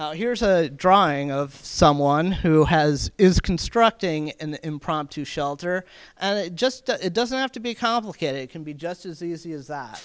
here's a drawing of someone who has is constructing an impromptu shelter and it just it doesn't have to be complicated it can be just as easy as that